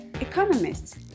economists